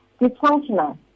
dysfunctional